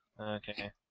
Okay